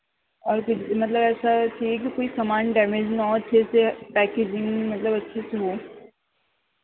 اور کچھ مطلب ایسا ہے کہ کوئی سامان ڈیمیج نہ ہو اچھے سے پیکیجنگ مطلب اچھے سے ہو